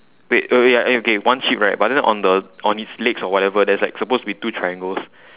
wait okay ya okay one sheep right but then on the on his legs or whatever there's like supposed to be two triangles